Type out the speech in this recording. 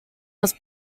was